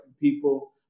people